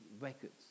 records